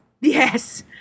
Yes